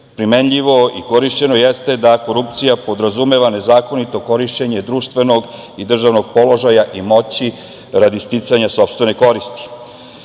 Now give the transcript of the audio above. primenjivo i korišćeno jeste da korupcija podrazumeva nezakonito korišćenje društvenog i državnog položaja i moći radi sticanja sopstvene